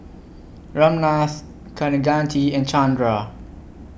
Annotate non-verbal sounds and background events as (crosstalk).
(noise) Ramnath Kaneganti and Chandra